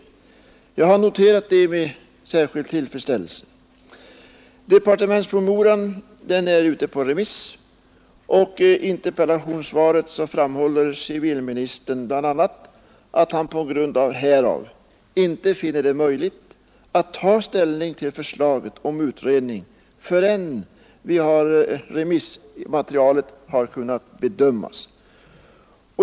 Jag har noterat det med särskild tillfredsställelse. Departementspromemorian är nu ute på remiss, och i interpellationssvaret framhåller civilministern bl.a. att han på grund härav inte finner det möjligt ”att ta ställning till förslaget om utredning förrän remissmaterialet har kunnat bedömas”.